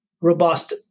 robust